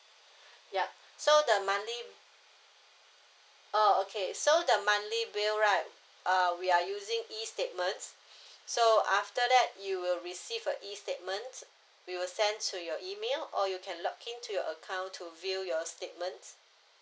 yup so the monthly oh okay so the monthly bill right uh we are using e statement so after that you will receive a e statement we will send to your email or you can log in to your account to view your statements